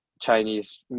Chinese